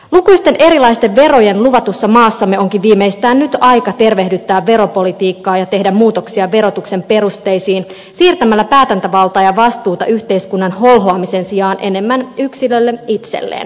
lukuisten erilaisten verojen luvatussa maassamme onkin viimeistään nyt aika tervehdyttää veropolitiikkaa ja tehdä muutoksia verotuksen perusteisiin siirtämällä päätäntävaltaa ja vastuuta yhteiskunnan holhoamisen sijaan enemmän yksilölle itselleen